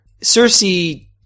Cersei